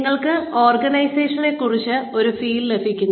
നിങ്ങൾക്ക് ഓർഗനൈസേഷനെ കുറിച്ച് ഒരു ഫീൽ ലഭിക്കുന്നു